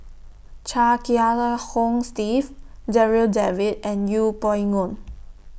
Chia Kiah Hong Steve Darryl David and Yeng Pway Ngon